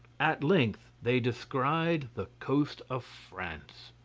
at length they descried the coast of france.